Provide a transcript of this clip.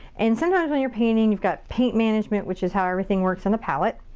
and sometimes when you're painting, you've got paint management, which is how everything works on the palette.